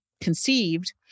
conceived